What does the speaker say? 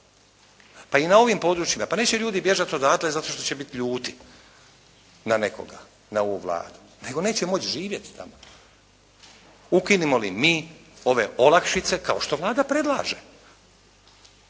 Pa i na ovim područjima, pa neće ljudi bježati odatle zato što će biti ljudi na nekoga, na ovu Vladu nego neće moći živjeti tamo. Ukinemo li mi ove olakšice kao što Vlada predlaže.